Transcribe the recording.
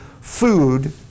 food